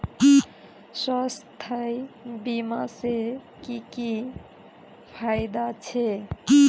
स्वास्थ्य बीमा से की की फायदा छे?